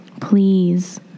Please